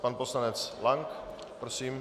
Pan poslanec Lank, prosím.